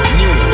new